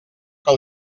que